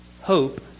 hope